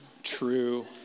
True